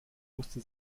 musste